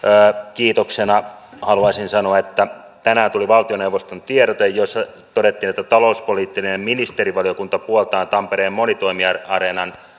kiitoksena haluaisin sanoa että tänään tuli valtioneuvoston tiedote jossa todettiin että talouspoliittinen ministerivaliokunta puoltaa tampereen monitoimiareenan